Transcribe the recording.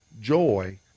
joy